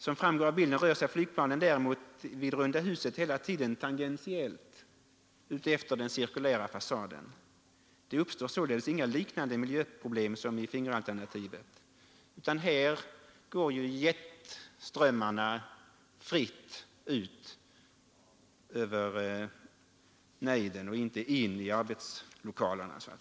Som framgår av bilden rör sig flygplanen däremot vid rundahusalternativet hela tiden tangentiellt utefter den cirkulära fasaden. Det uppstår således inga liknande miljöproblem som i fingeralternativet, utan här går jetströmmarna fritt ut över nejden och inte in i arbetslokalerna.